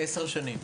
עשר שנים.